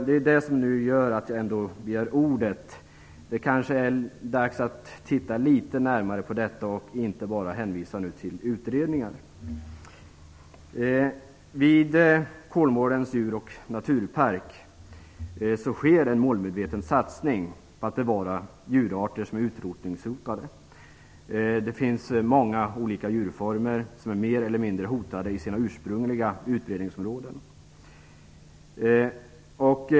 Det är det sista som gjort att jag nu ändå har begärt ordet. Det kanske är dags att titta litet närmare på detta och inte bara hänvisa till pågående utredningar. Vid Kolmårdens djur och naturpark sker en målmedveten satsning på att bevara djurarter som är utrotningshotade. Det finns många olika djurformer som är mer eller mindre hotade i sina ursprungliga utbredningsområden.